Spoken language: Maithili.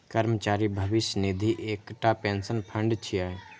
कर्मचारी भविष्य निधि एकटा पेंशन फंड छियै